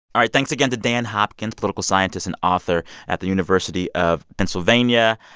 all right. thanks again to dan hopkins, political scientist and author at the university of pennsylvania.